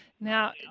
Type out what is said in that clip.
Now